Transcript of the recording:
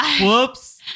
Whoops